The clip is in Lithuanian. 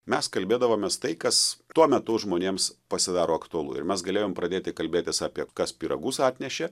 mes kalbėdavomės tai kas tuo metu žmonėms pasidaro aktualu ir mes galėjom pradėti kalbėtis apie kas pyragus atnešė